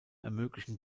ermöglichen